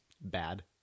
bad